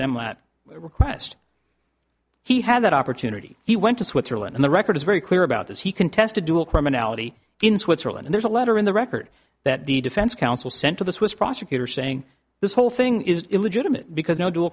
s request he had that opportunity he went to switzerland the record is very clear about this he contest a dual criminality in switzerland there's a letter in the record that the defense counsel sent to the swiss prosecutor saying this whole thing is illegitimate because no dual